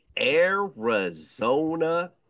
Arizona